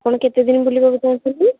ଆପଣ କେତେଦିନ ବୁଲିବାକୁ ଚାହୁଁଛନ୍ତି